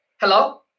hello